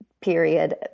period